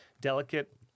delicate